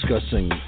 discussing